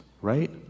right